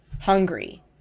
hungry